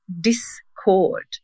discord